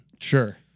Sure